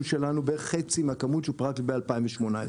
שלנו בערך חצי מהכמות שהוא פרק ב-2018.